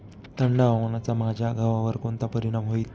थंड हवामानाचा माझ्या गव्हावर कोणता परिणाम होईल?